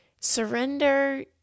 Surrender